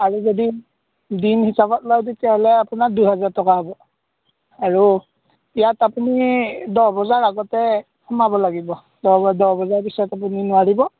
আৰু যদি দিন হিচাপত লয় তেতিয়াহ'লে আপোনাৰ দুহেজাৰ টকা হ'ব আৰু ইয়াত আপুনি দহ বজাৰ আগতে সোমাব লাগিব দহ বজা দহ বজাৰ পিছত আপুনি নোৱাৰিব